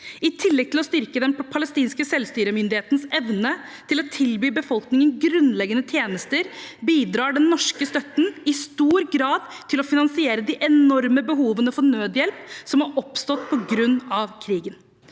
I tillegg til å styrke den palestinske selvstyremyndighetens evne til å tilby befolkningen grunnleggende tjenester, bidrar den norske støtten i stor grad til å finansiere de enorme behovene for nødhjelp som har oppstått på grunn av krigen.